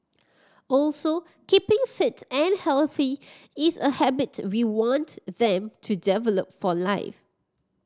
also keeping fit and healthy is a habit we want them to develop for life